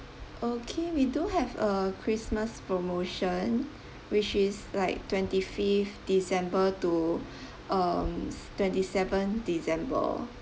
okay we do have a christmas promotion which is like twenty fifth december to um twenty seventh december